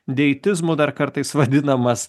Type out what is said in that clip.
deitizmu dar kartais vadinamas